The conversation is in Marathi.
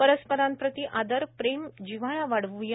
परस्परांप्रती आदर प्रेम जिव्हाळा वाढव्या